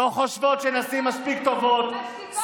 לא חושבות שנשים מספיק טובות, משתיקות נשים.